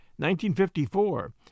1954